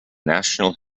national